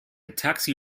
taxi